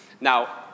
Now